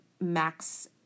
max